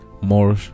more